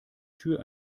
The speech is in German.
tür